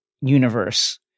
universe